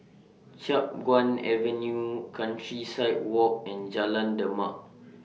Chiap Guan Avenue Countryside Walk and Jalan Demak